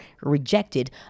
rejected